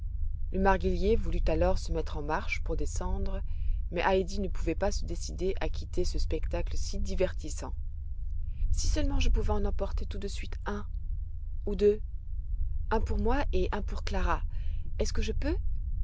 le marguillier voulut alors se remettre en marche pour descendre mais heidi ne pouvait pas se décider à quitter ce spectacle si divertissant si seulement je pouvais en emporter tout de suite un ou deux un pour moi et un pour clara est-ce que je peux